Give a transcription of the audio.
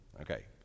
Okay